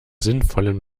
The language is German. sinnvollen